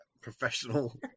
professional